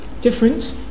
different